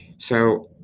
so,